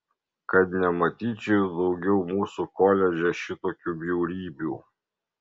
kad nematyčiau daugiau mūsų koledže šitokių bjaurybių